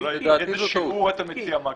אתה מציע?